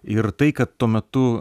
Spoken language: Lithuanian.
ir tai kad tuo metu